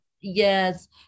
Yes